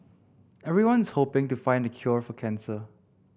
everyone's hoping to find the cure for cancer